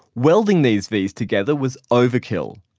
welding these v's together was overkill.